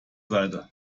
seite